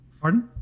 Pardon